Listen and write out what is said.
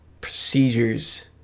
procedures